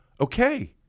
okay